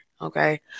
okay